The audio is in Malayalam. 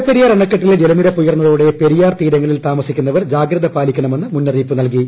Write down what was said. മുല്ലപ്പെരിയാർ അണക്കെട്ടിൽ ജലനിരപ്പുയൂർന്നത്കോടെ പെരിയാർ തീരങ്ങളിൽ താമസിക്കുന്നവർ ജാഗ്രത് പാലിക്കണമെന്ന് മുന്നറിയിപ്പ് നൽകി